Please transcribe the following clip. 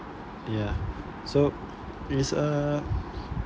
ya so it's uh